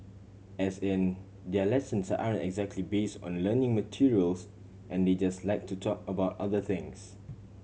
as in their lessons aren't exactly base on learning materials and they just like to talk about other things